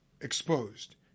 exposed